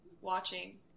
watching